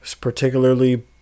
particularly